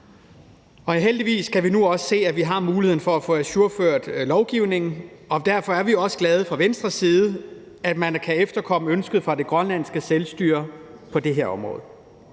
og heldigvis kan vi nu også se, at vi har muligheden for at få ajourført lovgivningen, og derfor er vi også fra Venstres side glade for, at man kan efterkomme ønsket fra det grønlandske selvstyre på det her område.